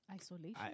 Isolation